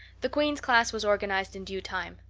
the queen's class was organized in due time.